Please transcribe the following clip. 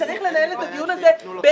וצריך לנהל את הדיון הזה ברצינות,